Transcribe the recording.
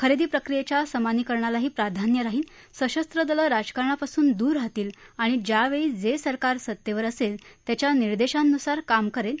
खरेदी प्रक्रियेच्या समानीकरणालाही प्राधान्य राहील सशस्र दलं राजकारणापासून दूर राहतील आणि ज्यावेळी जे सरकार सत्तेवर असेल त्याच्या निर्देशांनुसार काम करेल